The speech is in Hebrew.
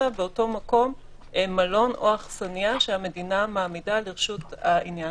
באותו מלון או אכסניה שהמדינה מעמידה לרשות העניין.